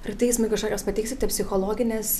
ar teismui kažkokias pateiksite psichologines